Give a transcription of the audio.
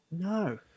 No